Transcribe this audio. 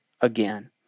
again